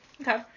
okay